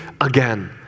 again